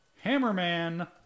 Hammerman